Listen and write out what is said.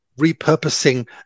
repurposing